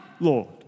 Lord